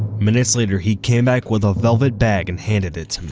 minutes later he came back with a velvet bag and handed it to me.